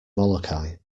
molokai